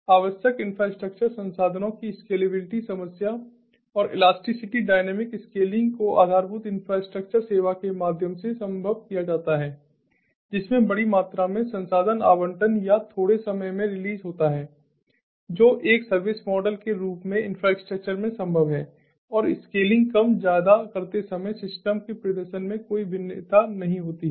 आवश्यक इंफ्रास्ट्रक्चर संसाधनों की स्केलेबिलिटी समस्या और एलास्टिसिटी डायनेमिक स्केलिंग को आधारभूत इंफ्रास्ट्रक्चर सेवा के माध्यम से संभव किया जाता है जिसमें बड़ी मात्रा में संसाधन आवंटन या थोड़े समय में रिलीज़ होता है जो एक सर्विस मॉडल के रूप में इन्फ्रास्ट्रक्चर में संभव है और स्केलिंग कम ज्यादा करते समय सिस्टम के प्रदर्शन में कोई भिन्नता नहीं होती है